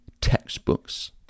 textbooks